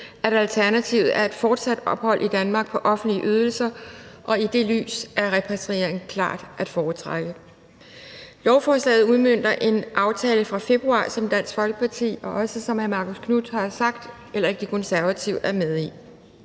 at alternativet er et fortsat ophold i Danmark på offentlige ydelser, og i det lys er repatriering klart at foretrække. Lovforslaget udmønter en aftale fra februar, som hverken Dansk Folkeparti eller, som hr. Marcus Knuth har sagt, De Konservative er med i.